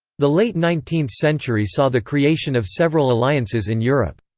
the late nineteenth century saw the creation of several alliances in europe.